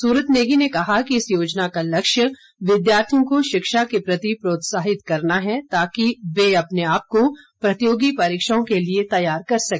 सूरत नेगी ने कहा कि इस योजना का लक्ष्य विद्यार्थियों को शिक्षा के प्रति प्रोत्साहित करना है ताकि वह अपने आप को प्रतियोगी परीक्षाओं के लिए तैयार कर सके